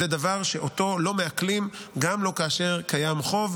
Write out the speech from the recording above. זה דבר שאותו לא מעקלים גם לא כאשר קיים חוב.